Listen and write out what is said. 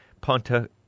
Ponta